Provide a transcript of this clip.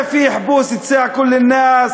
תודה, אדוני.